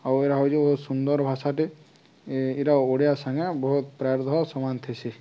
ଆଉ ଏରା ହେଉଛି ବହୁତ ସୁନ୍ଦର ଭାଷାଟେ ଏଇଟା ଓଡ଼ିଆ ସାଙ୍ଗେ ବହୁତ ପ୍ରାୟତଃ ସମାନ ଥିସି